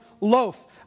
loaf